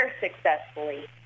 successfully